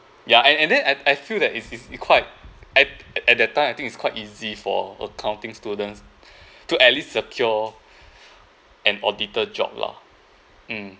ya and and then I I feel that is is it's quite at at that time I think it's quite easy for accounting students to at least secure an auditor job lah mm